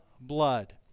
blood